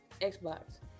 Xbox